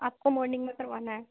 آپ کو مارننگ میں کروانا ہے